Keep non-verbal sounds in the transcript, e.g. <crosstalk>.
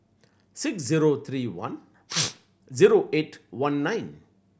six zero three one <noise> zero eight one nine